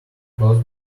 cause